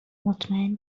مطمئن